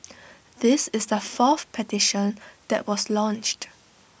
this is the fourth petition that was launched